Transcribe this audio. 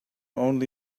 only